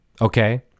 okay